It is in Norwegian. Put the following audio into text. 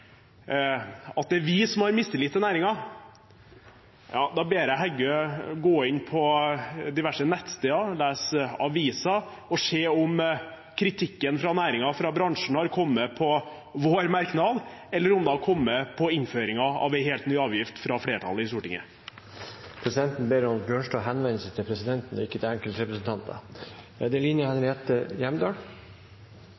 at det er vi som har mistillit til næringen: Da ber jeg Heggø gå inn på diverse nettsteder, lese aviser og se om kritikken fra næringen, fra bransjen, har kommet til vår merknad, eller om den har kommet til innføringen av en helt ny avgift fra flertallet i Stortinget. Fra meg, som også er saksordfører i denne saken: Det er slik at det flertallet ber om i dag, er at det